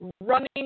running